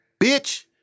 bitch